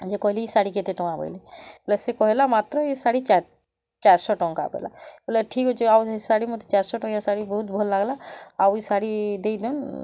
ଯେ କହିଲି ଶାଢ଼ୀ କେତେ ଟଙ୍କା ବଇଲି ଯେ ସେ କହିଲା ମାତ୍ର ଏ ଶାଢ଼ୀ ଚାରିଶହ ଟଙ୍କା ବଇଲା ବେଲେ ଠିକ୍ ଅଛେ ଆଉ ସେ ଶାଢ଼ୀ ମତେ ଚାରିଶହ ଟଙ୍କିଆ ଶାଢ଼ୀ ବହୁତ୍ ଭଲ୍ ଲାଗଲା ଆଉ ଏ ଶାଢ଼ୀ ଦେଇଦିଅନ୍